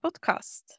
podcast